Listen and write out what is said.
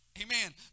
Amen